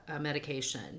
medication